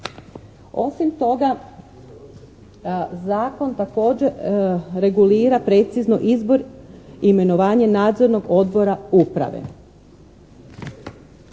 Osim toga, Zakon također regulira precizno izbor, imenovanje nadzornog odbora uprave.